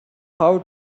how